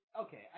okay